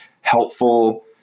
helpful